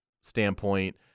standpoint